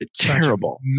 Terrible